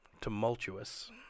tumultuous